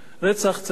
רצח צריך לגנות.